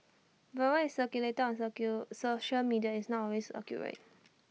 but what is circulated on social media is not always accurate